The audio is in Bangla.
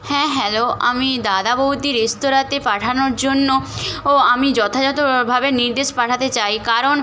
হ্যাঁ হ্যালো আমি দাদা বৌদি রেস্তরাঁতে পাঠানোর জন্য ও আমি যথাযথ ভাবে নির্দেশ পাঠাতে চাই কারণ